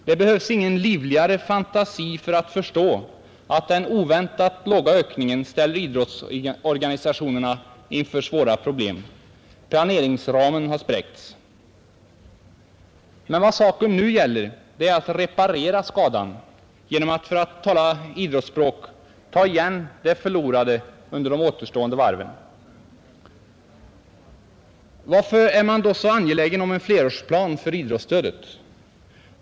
Det behövs ingen livligare fantasi för att förstå att den oväntat låga ökningen ställer idrottsorganisationerna inför svåra problem. Planeringsramen har spräckts. Men vad saken nu gäller är att reparera skadan genom att — för att tala idrottsspråk — ta igen det förlorade under de återstående varven. Varför är man då så angelägen om en flerårsplan för idrottsstödet?